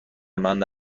مانده